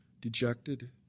dejected